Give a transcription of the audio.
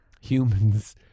humans